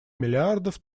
миллиардов